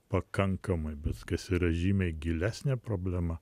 pakankamai bet kas yra žymiai gilesnė problema